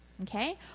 Okay